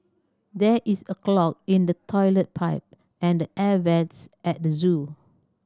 there is a clog in the toilet pipe and the air vents at the zoo